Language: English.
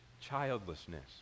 childlessness